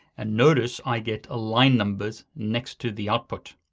and notice i get line numbers next to the output.